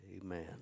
Amen